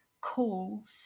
calls